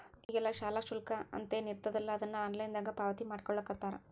ಈಗೆಲ್ಲಾ ಶಾಲಾ ಶುಲ್ಕ ಅಂತೇನಿರ್ತದಲಾ ಅದನ್ನ ಆನ್ಲೈನ್ ದಾಗ ಪಾವತಿಮಾಡ್ಕೊಳ್ಳಿಖತ್ತಾರ